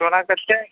सोने की चैन